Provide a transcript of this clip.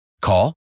Call